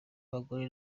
bagore